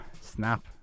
snap